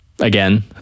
Again